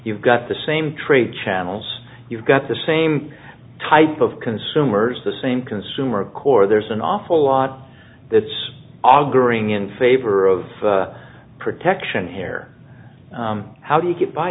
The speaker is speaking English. you've got the same trade channels you've got the same type of consumers the same consumer core there's an awful lot that's auguring in favor of protection here how do you get by